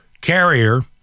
carrier